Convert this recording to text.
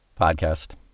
podcast